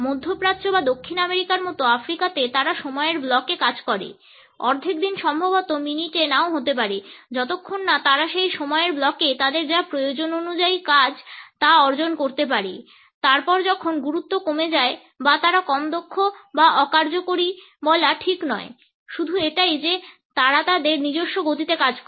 মধ্যপ্রাচ্য বা দক্ষিণ আমেরিকার মতো আফ্রিকাতে তারা সময়ের ব্লকে কাজ করে অর্ধেক দিন সম্ভবত মিনিটে নাও হতে পারে যতক্ষণ না তারা সেই সময়ের ব্লকে তাদের যা প্রয়োজন অনুযায়ী কাজ তা অর্জন করতে পারে তারপর যখন গুরুত্ব কমে যায় বা তারা কম দক্ষ বা অকার্যকরী বলা ঠিক নয় শুধু এটাই যে তারা তাদের নিজস্ব গতিতে কাজ করে